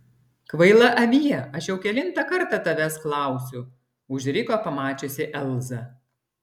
kvaila avie aš jau kelintą kartą tavęs klausiu užriko pamačiusi elzą